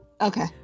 Okay